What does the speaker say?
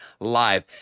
live